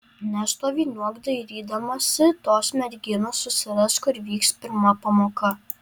nestoviniuok dairydamasi tos merginos susirask kur vyks pirma pamoka